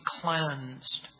cleansed